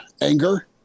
anger